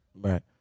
Right